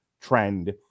trend